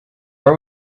are